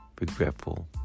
regretful